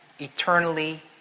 Eternally